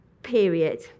period